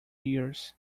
years